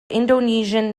indonesian